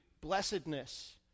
blessedness